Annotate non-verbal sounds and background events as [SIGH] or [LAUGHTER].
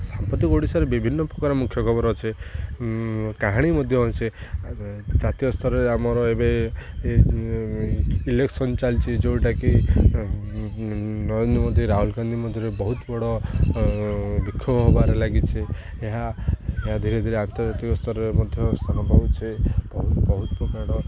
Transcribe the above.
ସାମ୍ପ୍ରତିକ ଓଡ଼ିଶାରେ ବିଭିନ୍ନ ପ୍ରକାର ମୁଖ୍ୟ ଖବର ଅଛେ କାହାଣୀ ମଧ୍ୟ ଅଛେ ଜାତୀୟ ସ୍ତରରେ ଆମର ଏବେ ଇଲେକ୍ସନ ଚାଲିଛି ଯେଉଁଟାକି ନରେନ୍ଦ୍ର ମୋଦୀ ରାହୁଲ ଗାନ୍ଧୀ ମଧ୍ୟରେ ବହୁତ ବଡ଼ ଦୁଃଖ ହବାରେ ଲାଗିଛେ ଏହା ଏହା ଧୀରେ ଧୀରେ ଆନ୍ତର୍ଜାତିକ ସ୍ତରରେ ମଧ୍ୟ [UNINTELLIGIBLE] ବହୁତ ପ୍ରକାର